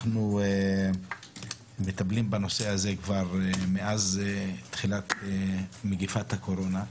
אנחנו מקבלים בנושא הזה כבר מאז תחילת מגפת הקורונה.